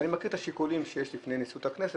ואני מכיר את השיקולים שיש לפני נשיאות הכנסת